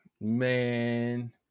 Man